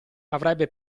avrebbe